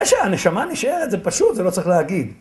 זה שהנשמה נשארת, זה פשוט, זה לא צריך להגיד.